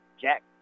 Jack